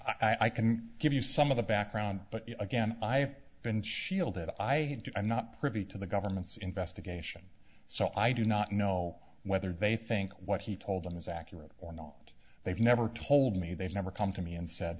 accurate i can give you some of the background but again i have been shielded i had to i'm not privy to the government's investigation so i do not know whether they think what he told them is accurate or not they've never told me they've never come to me and said